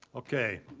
okay.